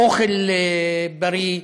אוכל בריא,